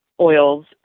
oils